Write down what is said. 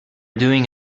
doing